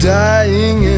dying